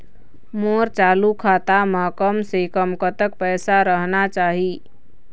मोर चालू खाता म कम से कम कतक पैसा रहना चाही?